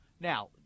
Now